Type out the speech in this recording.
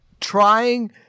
trying